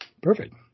Perfect